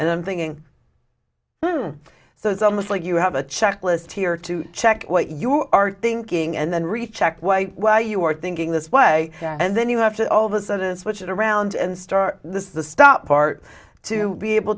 and i'm thinking so it's almost like you have a checklist here to check what you are thinking and then recheck why you are thinking this way and then you have to all of a sudden switch it around and start this is the stop part to be able